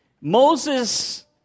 Moses